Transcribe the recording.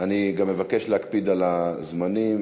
אני גם מבקש להקפיד על הזמנים.